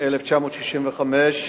התשכ"ה 1965,